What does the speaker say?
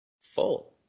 full